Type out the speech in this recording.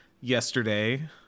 yesterday